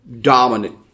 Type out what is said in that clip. dominant